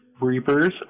Reapers